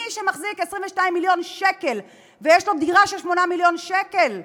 מי שמחזיק 22 מיליון שקל ויש לו דירה של 8 מיליון שקל,